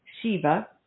Shiva